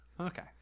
Okay